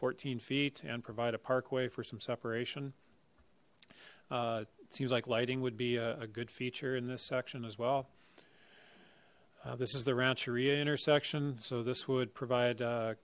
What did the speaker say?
fourteen feet and provide a parkway for some separation seems like lighting would be a good feature in this section as well this is the rancheria intersection so this would provide